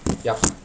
ya